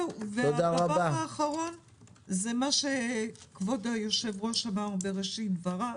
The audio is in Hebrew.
הדבר האחרון הוא מה שכבוד היושב-ראש אמר בראשית דבריו,